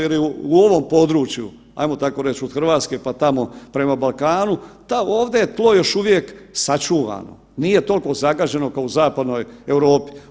Jer je u ovom području, ajmo tako reć od RH, pa tamo prema Balkanu, ovdje je tlo još uvijek sačuvano, nije tolko zagađeno kao u zapadnoj Europi.